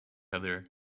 other